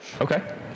Okay